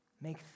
Make